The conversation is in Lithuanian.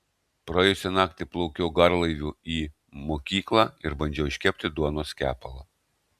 praėjusią naktį plaukiau garlaiviu į mokyklą ir bandžiau iškepti duonos kepalą